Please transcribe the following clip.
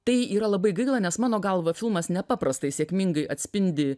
tai yra labai gaila nes mano galva filmas nepaprastai sėkmingai atspindi